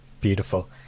beautiful